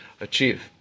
achieve